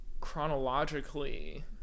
chronologically